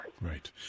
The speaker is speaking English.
Right